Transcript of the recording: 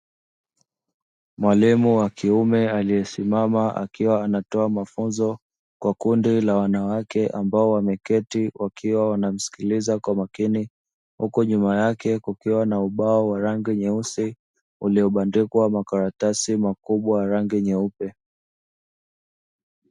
Mwalimu wa kiume amesimama akiwa anatoa mafunzo kwa kundi la wanawake ambao wameketi wakiwa wanamsikiliza kwa makini, huku nyuma yake kukiwa na ubao wa rangi nyeusi uliobandikwa makaratasi makubwa ya rangi nyeupe.